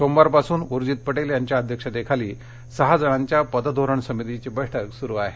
सोमवारपासून उर्जित पटेल यांच्या अध्यक्षतेखाली सहा जणांच्या पतधोरण समितीची बैठक सुरू आहे